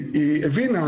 פעילות.